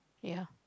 ya